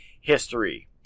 history